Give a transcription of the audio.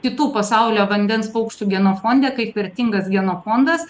kitų pasaulio vandens paukščių genofonde kaip vertingas genofondas